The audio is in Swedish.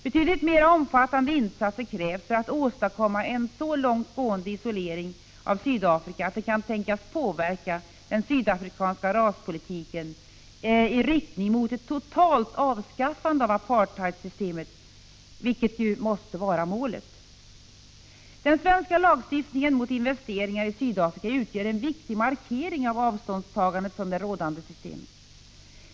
Betydligt mera omfattande insatser krävs för att åstadkomma en så långtgående isolering av Sydafrika att den kan tänkas påverka den sydafrikanska raspolitiken i riktning mot ett totalt avskaffande av apartheidsystemet, vilket måste vara målet. Den svenska lagstiftningen mot investeringar i Sydafrika utgör en viktig markering av avståndstagandet från det rådande systemet.